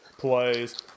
plays